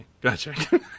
Gotcha